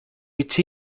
which